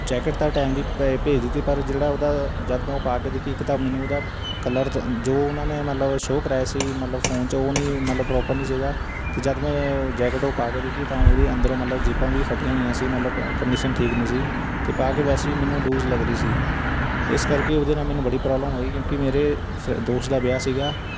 jacket ਤਾਂ timely ਭੇ ਭੇਜ ਦਿੱਤੀ ਪਰ ਜਿਹੜਾ ਉਹਦਾ ਜਦ ਮੈਂ ਉਹ ਪਾ ਕੇ ਦੇਖੀ ਇੱਕ ਤਾਂ ਮੈਨੂੰ ਉਹਦਾ ਕਲਰ ਦ ਜੋ ਉਹਨਾਂ ਨੇ ਮਤਲਬ ਸ਼ੋ ਕਰਵਾਇਆ ਸੀ ਮਤਲਬ ਫੋਨ 'ਚ ਉਹ ਨਹੀਂ ਮਤਲਬ ਪ੍ਰੋਪਰ ਨਹੀਂ ਸੀਗਾ ਅਤੇ ਜਦ ਮੈਂ ਜੈਕਟ ਉਹ ਪਾ ਕੇ ਦੇਖੀ ਤਾਂ ਉਹਦੇ ਅੰਦਰੋਂ ਮਤਲਬ ਜੇਬਾਂ ਵੀ ਫਟੀਆਂ ਹੋਈਆਂ ਸੀ ਮਤਲਬ ਕੰਡੀਸ਼ਨ ਠੀਕ ਨਹੀਂ ਸੀ ਅਤੇ ਪਾ ਕੇ ਵੈਸੇ ਵੀ ਮੈਨੂੰ ਲੂਜ਼ ਲੱਗ ਰਹੀ ਸੀ ਇਸ ਕਰਕੇ ਉਹਦੇ ਨਾਲ ਮੈਨੂੰ ਬੜੀ ਪ੍ਰੋਬਲਮ ਹੋਈ ਕਿਉਂਕਿ ਮੇਰੇ ਫਰੈ ਦੋਸਤ ਦਾ ਵਿਆਹ ਸੀਗਾ